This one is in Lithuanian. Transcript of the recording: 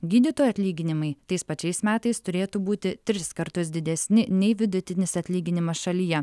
gydytojų atlyginimai tais pačiais metais turėtų būti tris kartus didesni nei vidutinis atlyginimas šalyje